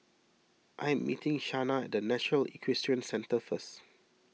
I am meeting Shanna at National Equestrian Centre first